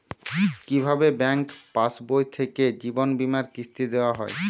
কি ভাবে ব্যাঙ্ক পাশবই থেকে জীবনবীমার কিস্তি দেওয়া হয়?